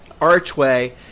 archway